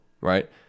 right